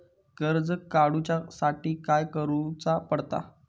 कर्ज काडूच्या साठी काय करुचा पडता?